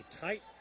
tight